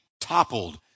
toppled